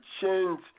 change